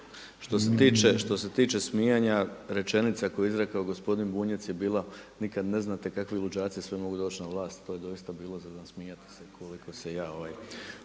Što se tiče smijanja, rečenica koju je izrekao gospodin Bunjac je bila, nikad ne znate kakvi luđaci sve mogu doći na vlast, to je doista bilo za nasmijati koliko se ja mogu